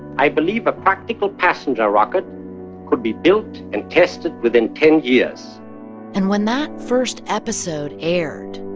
i believe a practical passenger rocket could be built and tested within ten years and when that first episode aired,